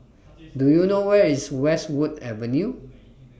Do YOU know Where IS Westwood Avenue